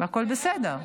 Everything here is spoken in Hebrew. והכול בסדר.